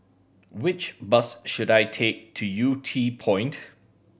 which bus should I take to Yew Tee Point